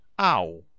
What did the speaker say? Ow